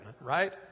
right